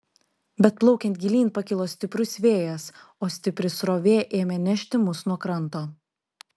bet plaukiant gilyn pakilo stiprus vėjas o stipri srovė ėmė nešti mus nuo kranto